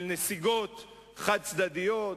נסיגות חד-צדדיות,